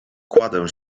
kładę